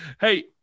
hey